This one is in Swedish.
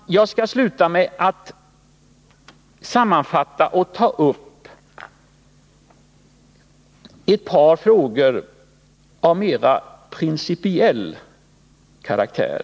Jag skall sluta med att sammanfatta och ta upp ett par frågor av mera principiell karaktär.